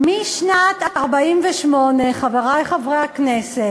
משנת 1948, חברי חברי הכנסת,